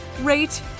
rate